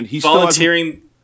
Volunteering